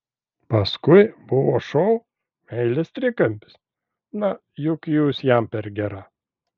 paskui buvo šou meilės trikampis na juk jūs jam per gera